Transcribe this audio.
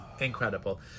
Incredible